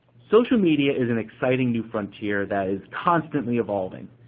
social media is an exciting new frontier that is constantly evolving,